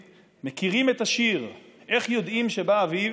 מכירים את השיר "איך יודעים שבא אביב?"